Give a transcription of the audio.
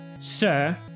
sir